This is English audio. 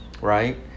right